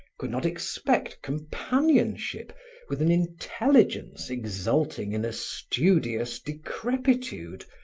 could not expect companionship with an intelligence exulting in a studious decrepitude,